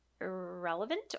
irrelevant